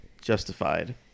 justified